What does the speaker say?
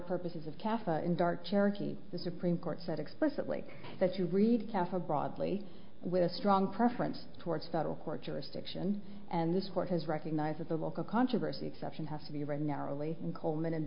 purposes of cafe in dark cherokee the supreme court said explicitly that you read kaffir broadly with strong preference towards the court jurisdiction and this court has recognized at the local controversy exception has to be right narrowly coleman and